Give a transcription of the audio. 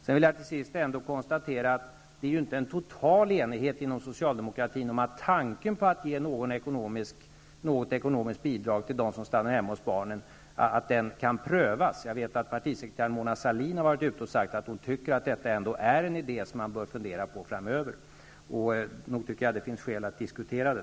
Till sist vill jag ändå konstatera att det inte är en total enighet inom socialdemokratin om att tanken på att ge något ekonomiskt bidrag till dem som stannar hemma hos barnen inte kan prövas. Jag vet att partisekreterare Mona Sahlin har sagt att hon tycker att detta är en idé som man ändå bör fundera på framöver. Nog tycker jag att det finns skäl att diskutera den.